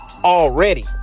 already